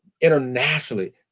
internationally